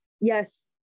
yes